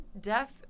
deaf